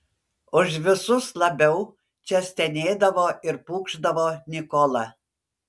už visus labiau čia stenėdavo ir pūkšdavo nikola